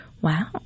Wow